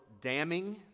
damning